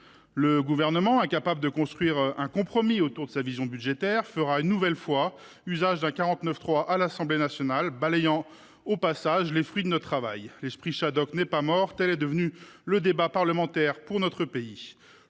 Le Gouvernement, incapable de construire un compromis autour de sa vision budgétaire, fera une nouvelle fois usage du 49.3 à l’Assemblée nationale, balayant au passage les fruits de notre travail. L’esprit Shadok n’est pas mort et ainsi va le débat parlementaire dans notre pays.